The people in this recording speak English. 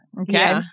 Okay